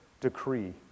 decree